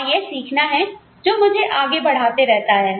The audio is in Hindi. और यह सीखना है जो मुझे आगे बढ़ाते रहता है